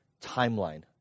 timeline